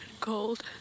cold